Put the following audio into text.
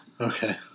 Okay